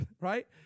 right